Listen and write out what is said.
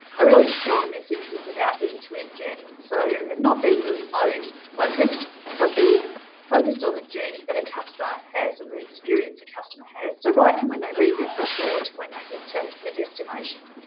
a really strong message was about end to end journey. so not being really mode focused, but being focused on the journey that a customer has and the experience a customer has. so right from when they leave the front door to when they get to their destination.